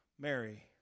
Mary